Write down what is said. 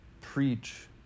preach